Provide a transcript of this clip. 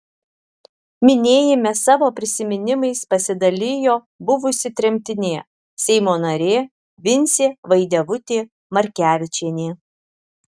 minėjime savo prisiminimais pasidalijo buvusi tremtinė seimo narė vincė vaidevutė markevičienė